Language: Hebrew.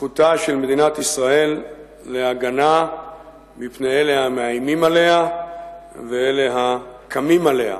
זכותה של מדינת ישראל להגנה מפני אלה המאיימים עליה ואלה הקמים עליה.